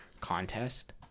contest